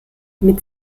mit